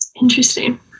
Interesting